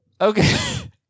Okay